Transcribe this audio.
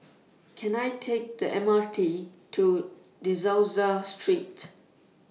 Can I Take The M R T to De Souza Street